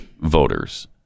voters